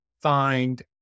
find